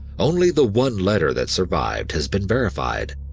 only the one letter that survived has been verified,